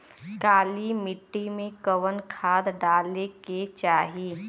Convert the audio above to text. काली मिट्टी में कवन खाद डाले के चाही?